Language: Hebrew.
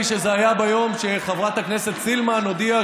נדמה לי שזה היה ביום שחברת הכנסת סילמן הודיעה